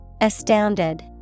Astounded